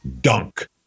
dunk